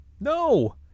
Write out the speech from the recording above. No